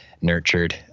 nurtured